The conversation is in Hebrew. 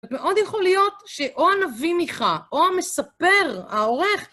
מאוד יכול להיות שאו הנביא מיכה, או המספר, העורך...